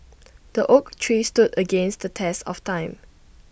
the oak tree stood against the test of time